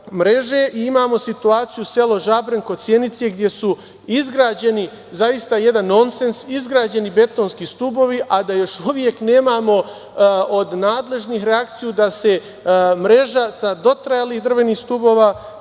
Imamo situaciju, selo Žabren kod Sjenice, gde su izgrađeni, zaista jedan nonsens, izgrađeni betonski stubovi, a da još uvek nemamo od nadležnih reakciju da se mreža sa dotrajalih drvenih stubova